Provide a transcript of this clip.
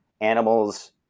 animals